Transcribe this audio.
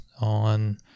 on